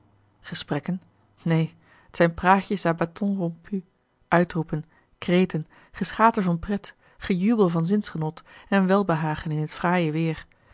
neen t zijn praatjes à bâtons rompus uitroepen kreten geschater van pret gejubel van zingenot en welbehagen in t fraaie weêr